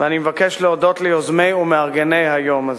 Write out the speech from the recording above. ואני מבקש להודות ליוזמים ולמארגנים של היום הזה.